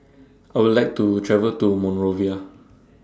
I Would like to travel to Monrovia